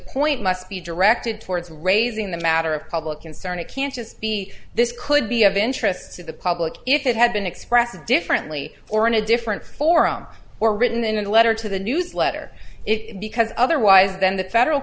point must be directed towards raising the matter of public concern it can't just be this could be of interest to the public if it had been expressed differently or in a different forum or written in a letter to the news letter it because otherwise then the federal